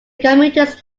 commuters